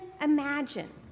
imagine